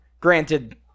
Granted